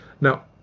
Now